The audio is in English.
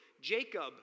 Jacob